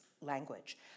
language